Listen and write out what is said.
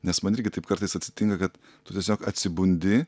nes man irgi taip kartais atsitinka kad tu tiesiog atsibundi